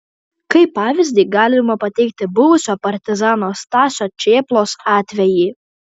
kaip pavyzdį galima pateikti buvusio partizano stasio čėplos atvejį